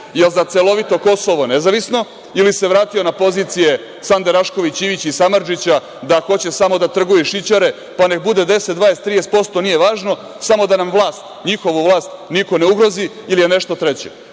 jel za celovito Kosovo nezavisno ili se vratio na pozicije Sande Rašković Ivić i Samardžića, da hoće samo da trguju i šićare, pa neka bude 10, 20, 30% nije važno, samo da nam njihovu vlast niko ne ugrozi ili je nešto treće. Dok